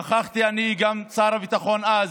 נכחנו אני, גם שר הביטחון אז,